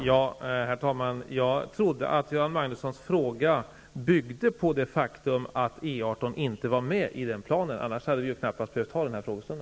Herr talman! Jag trodde att Göran Magnussons fråga byggde på det faktum att E 18 inte var med i planen. Annars hade vi inte behövt ha denna frågestund.